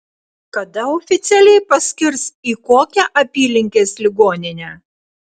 kada oficialiai paskirs į kokią apylinkės ligoninę